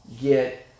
get